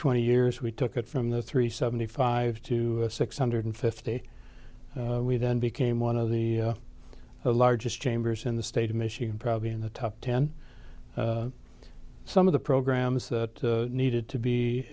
twenty years we took it from the three seventy five to six hundred fifty we then became one of the largest chambers in the state of michigan probably in the top ten some of the programs that needed to be